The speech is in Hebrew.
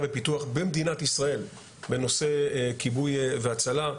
ופיתוח במדינת ישראל בנושא כיבוי והצלה.